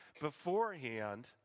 beforehand